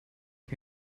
ich